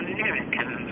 American